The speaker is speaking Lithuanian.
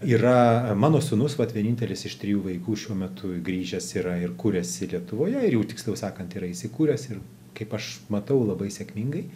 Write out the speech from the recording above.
yra mano sūnus vat vienintelis iš trijų vaikų šiuo metu grįžęs yra ir kuriasi lietuvoje ir tiksliau sakant yra įsikūręs ir kaip aš matau labai sėkmingai